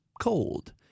cold